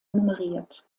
nummeriert